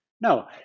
No